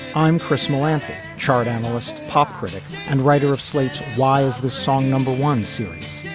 i'm chris milanovic chart analyst pop critic and writer of slate's why is the song number one series.